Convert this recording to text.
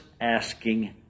asking